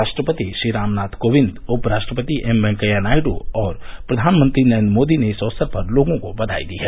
राष्ट्रपति श्री रामनाथ कोविंद उपराष्ट्रपति एम वैंकैया नायडू और प्रधानमंत्री नरेन्द्र मोदी ने इस अवसर पर लोगों को बधाई दी है